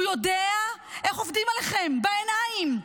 הוא יודע איך עובדים עליכם בעיניים.